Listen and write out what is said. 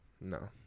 No